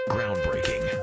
Groundbreaking